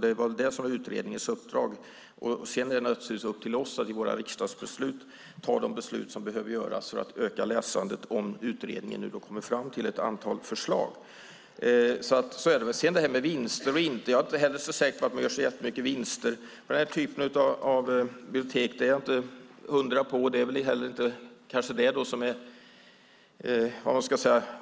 Det är det som är utredningens uppdrag, och sedan är det naturligtvis upp till oss att i våra riksdagsbeslut ta de beslut som behöver tas för att öka läsandet om utredningen kommer fram till ett antal förslag. När det gäller vinster är jag inte så säker på att man gör jättemycket vinster på denna typ av bibliotek. Det är inte att undra på, och det kanske inte heller